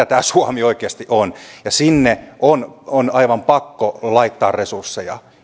tämä suomi oikeasti on ja sinne on on aivan pakko laittaa resursseja